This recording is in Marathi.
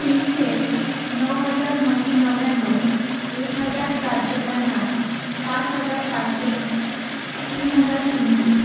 तीनशे नऊ हजार नऊशे नव्याण्णव एक हजार चारशे पन्नास पाच हजार पाचशे तीन हजार तीनशे